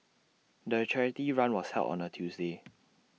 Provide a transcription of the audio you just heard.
the charity run was held on A Tuesday